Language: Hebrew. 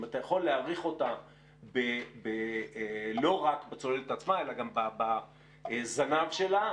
אם אתה יכול להעריך אותה לא רק בצוללת עצמה אלא גם בזנב שלה,